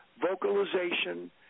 vocalization